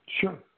Sure